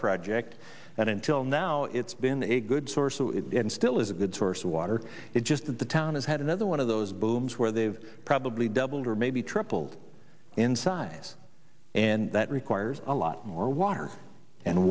project that until now it's been a good source and still is a good source of water it's just that the town has had another one of those booms where they've probably doubled or maybe tripled in size and that requires a lot more water and